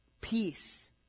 peace